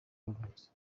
yavutse